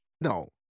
No